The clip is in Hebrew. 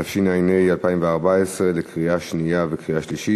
התשע"ה 2014, קריאה שנייה וקריאה שלישית.